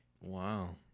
Wow